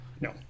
No